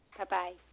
Bye-bye